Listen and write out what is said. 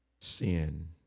Sin